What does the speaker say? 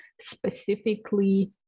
specifically